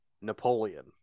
Napoleon